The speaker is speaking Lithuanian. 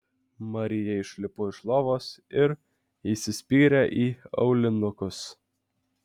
marija išlipo iš lovos ir įsispyrė į aulinukus